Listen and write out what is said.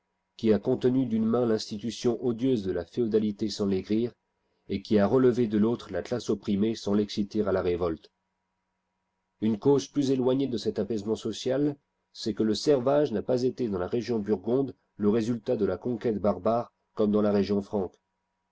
qui a contenu dune main l'institution odieuse de la féodalité sans l'aigrir et qui a relevé de l'autre la classe opprimée sans l'exciter à la révolte une cause plus éloignée de cet apaisement social c'est que le servage n'a pas été dans la région burgonde le résultat de la conquête barbare comme dans la région franque